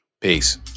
Peace